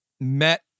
met